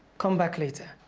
come back later.